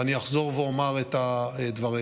ואני אחזור ואומר את הדברים.